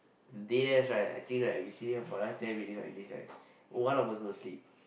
deadass right think right we sit here for another ten minutes like this right one of us is gonna sleep